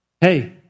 Hey